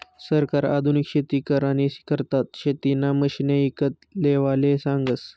सरकार आधुनिक शेती करानी करता शेतीना मशिने ईकत लेवाले सांगस